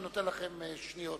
אני נותן לכם שניות.